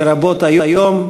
לרבות היום,